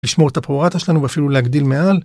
לשמור את הפרואטה שלנו ואפילו להגדיל מעל.